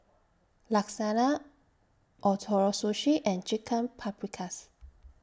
Lasagne Ootoro Sushi and Chicken Paprikas